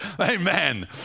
Amen